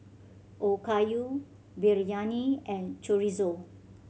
Okayu Biryani and Chorizo